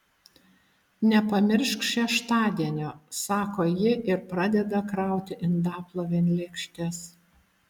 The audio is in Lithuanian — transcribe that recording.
nepamiršk šeštadienio sako ji ir pradeda krauti indaplovėn lėkštes